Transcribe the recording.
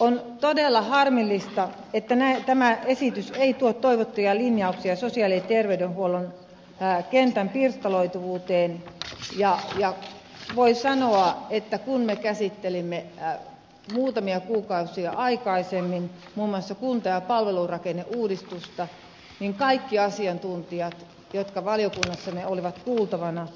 on todella harmillista että tämä esitys ei tuo toivottuja linjauksia sosiaali ja terveydenhuollon kentän pirstaloituneisuuteen ja voi sanoa että kun me käsittelimme muutamia kuukausia aikaisemmin muun muassa kunta ja palvelurakenneuudistusta niin kaikki asiantuntijat jotka valiokunnassamme olivat kuultavana